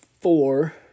four